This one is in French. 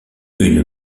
une